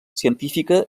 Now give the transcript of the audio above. científica